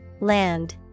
Land